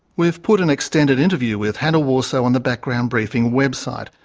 we've put an extended interview with hanne worsoe on the background briefing website,